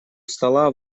стола